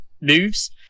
moves